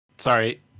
Sorry